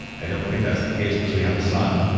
i don't think that's the case because we have a sun.